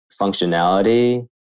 functionality